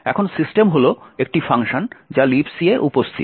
এখন সিস্টেম হল একটি ফাংশন যা Libc এ উপস্থিত